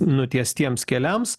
nutiestiems keliams